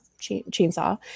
Chainsaw